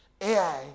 AI